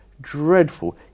dreadful